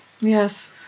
Yes